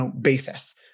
basis